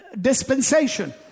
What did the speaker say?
dispensation